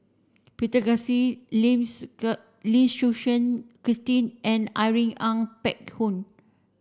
Peter Lim Lim Suchen Christine and Irene Ng Phek Hoong